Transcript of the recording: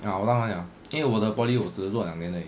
ah 我当完了因为我的 poly 我只是做两年而已